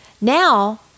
Now